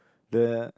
the